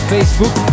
Facebook